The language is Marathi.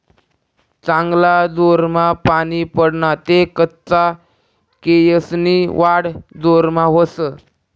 चांगला जोरमा पानी पडना ते कच्चा केयेसनी वाढ जोरमा व्हस